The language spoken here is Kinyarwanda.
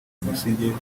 busingye